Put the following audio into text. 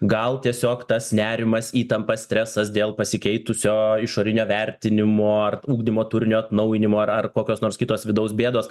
gal tiesiog tas nerimas įtampa stresas dėl pasikeitusio išorinio vertinimo ar ugdymo turinio atnaujinimo ar ar kokios nors kitos vidaus bėdos